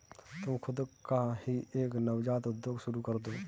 तुम खुद का ही एक नवजात उद्योग शुरू करदो